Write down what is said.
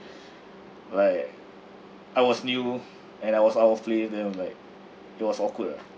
like I was new and I was out of place then I'm like it was awkward ah